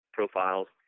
profiles